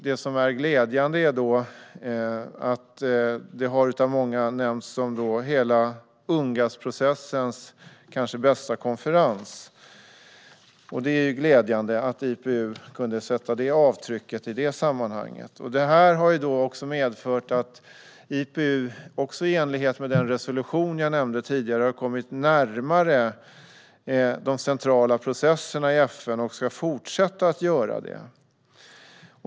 Det som är glädjande är att det av många har nämnts som hela Ungass-processens kanske bästa konferens. Det är glädjande att IPU kunde sätta detta avtryck i det sammanhanget. Det har också medfört att IPU, också i enlighet med den resolution som jag nämnde tidigare, har kommit närmare de centrala processerna i FN och ska fortsätta att göra det.